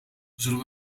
zullen